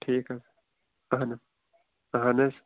ٹھیٖک حظ اَہن حظ اَہن حظ